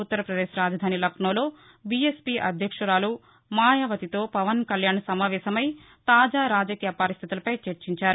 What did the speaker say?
ఉత్తర్పదేశ్ రాజధాని లక్నోలో బిఎస్పీ అధ్యక్షురాలు మాయవతితో పవన్ కళ్యాణ్ సమావేశమై తాజా రాజకీయ పరిస్థితులపై చర్చించారు